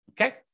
okay